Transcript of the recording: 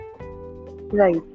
Right